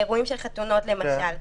אירועים של חתונות למשל,